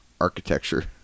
architecture